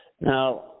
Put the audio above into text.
now